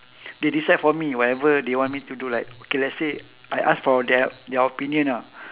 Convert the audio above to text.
they decide for me whatever they want me to do like okay let's say I ask for their their opinion ah